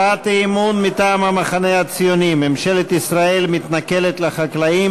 הצעת אי-אמון מטעם המחנה הציוני: ממשלת ישראל מתנכלת לחקלאים,